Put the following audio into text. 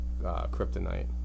kryptonite